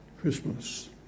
Christmas